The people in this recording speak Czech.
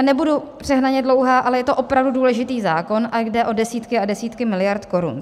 Nebudu přehnaně dlouhá, ale je to opravdu důležitý zákon a jde o desítky a desítky miliard korun.